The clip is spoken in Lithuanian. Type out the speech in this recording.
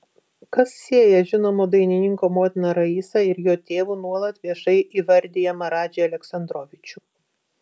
kas sieja žinomo dainininko motiną raisą ir jo tėvu nuolat viešai įvardijamą radžį aleksandrovičių